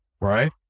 right